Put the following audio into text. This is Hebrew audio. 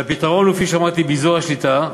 והפתרון הוא, כפי שאמרתי, ביזור השליטה.